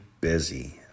busy